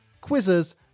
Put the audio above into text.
quizzes